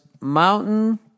mountain